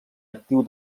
actiu